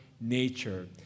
nature